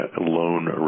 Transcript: Loan